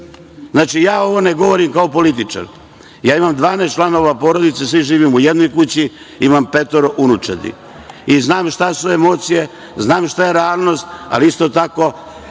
ja ovo ne govorim kao političar. Ja imam dvanaestoro članova porodice. Svi živimo u jednoj kući. Imam petoro unučadi i znam šta su emocije, znam šta je realnost. Isto tako